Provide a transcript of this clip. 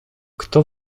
kto